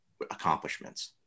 accomplishments